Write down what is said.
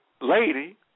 lady